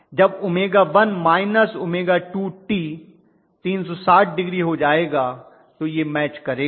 जब 𝜔1 −𝜔2t 360 degree हो जाएगा तो यह मैच करेगा